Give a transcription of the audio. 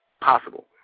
possible